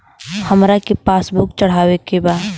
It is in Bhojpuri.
हमरा के पास बुक चढ़ावे के बा?